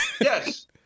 Yes